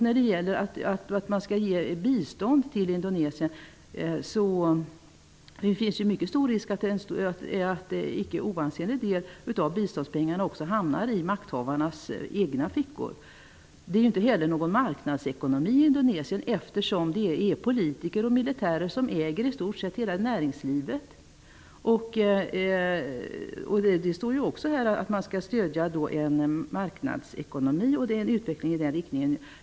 När det gäller bistånd till Indonesien finns en stor risk att en ansenlig del av biståndspengarna hamnar i makthavarnas egna fickor. I Indonesien har man inte någon marknadsekonomi eftersom politiker och militärer äger i stort sett hela näringslivet. Det är sagt att man skall stödja en marknadsekonomi och en utveckling i den riktningen.